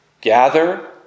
gather